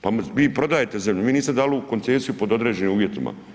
Pa vi prodajte zemlju, vi niste dali u koncesiju pod određenim uvjetima.